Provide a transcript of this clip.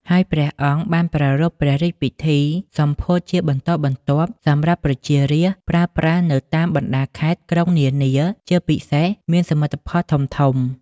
ហើយព្រះអង្គបានប្រារព្ធព្រះរាជពិធីសម្ពោធជាបន្តបន្ទាប់ សម្រាប់ប្រជា រាស្រ្តប្រើប្រាស់នៅតាមបណ្តាខេត្ត ក្រុងនានា ជាពិសេសមានសមិទ្ធផលធំៗ។